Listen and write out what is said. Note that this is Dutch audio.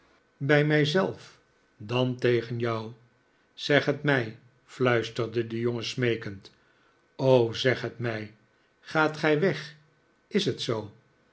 bij mij zelf dan tegen jou zeg het mij fluisterde de jongen smeekend zeg het mij gaat gij weg is het zoo